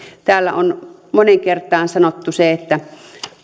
täällä on moneen kertaan sanottu se että